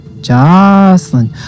Jocelyn